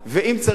ואם צריך להוסיף,